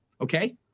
okay